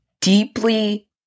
deeply